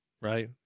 right